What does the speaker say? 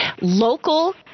Local